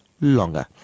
longer